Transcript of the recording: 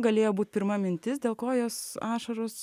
galėjo būt pirma mintis dėl ko jos ašaros